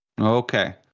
Okay